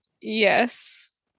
Yes